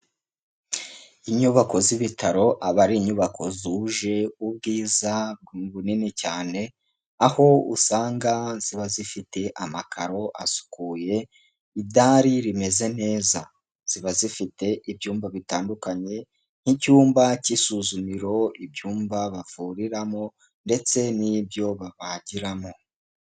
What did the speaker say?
Inyubako z'ibitaro aba ari inyubako zuje ubwiza bunini cyane, aho usanga ziba zifite amakaro asukuye, idari rimeze neza; ziba zifite ibyumba bitandukanye: nk'icyumba k'isuzumiro, ibyumba bavuriramo ndetse n'ibyo babagiramo.